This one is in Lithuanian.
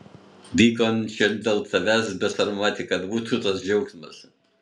vykome čion dėl tavęs besarmati kad būtų tau džiaugsmo